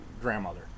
grandmother